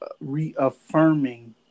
reaffirming